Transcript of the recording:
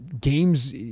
games